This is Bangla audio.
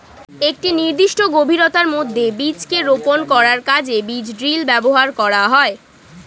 একটি নির্দিষ্ট গভীরতার মধ্যে বীজকে রোপন করার কাজে বীজ ড্রিল ব্যবহার করা হয়